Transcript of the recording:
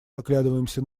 оглядываемся